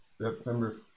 September